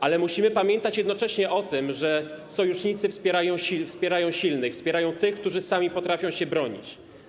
Ale musimy pamiętać jednocześnie o tym, że sojusznicy wspierają silnych, wspierają tych, którzy sami potrafią się bronić.